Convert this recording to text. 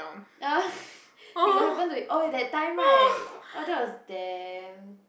you got happen to oh that time right that was damn